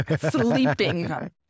sleeping